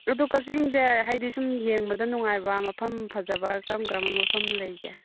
ꯑꯗꯨ ꯀꯛꯆꯤꯡꯁꯦ ꯍꯥꯏꯗꯤ ꯁꯨꯝ ꯌꯦꯡꯕꯗ ꯅꯨꯡꯉꯥꯏꯕ ꯃꯐꯝ ꯐꯖꯕ ꯀꯔꯝ ꯀꯔꯝꯕ ꯃꯐꯝ ꯂꯩꯒꯦ